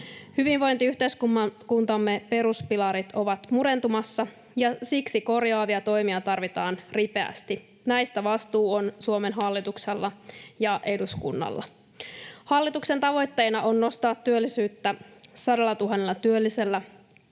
Hyvinvointiyhteiskuntamme peruspilarit ovat murentumassa, ja siksi korjaavia toimia tarvitaan ripeästi. Näistä vastuu on Suomen hallituksella ja eduskunnalla. Hallituksen tavoitteena on nostaa työllisyyttä 100 000 työllisellä